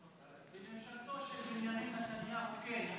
בממשלתו של בנימין נתניהו כן,